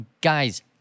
guys